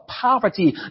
poverty